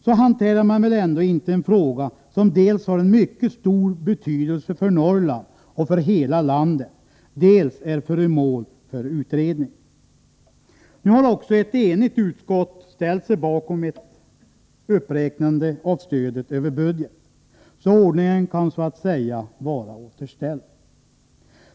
Så hanterar man väl ändå inte en fråga som dels har en mycket stor betydelse för Norrland och för hela landet, dels är föremål för utredning! Nu har också ett enigt utskott ställt sig bakom ett uppräknande av stödet över budget. Ordningen kan sägas vara återställd.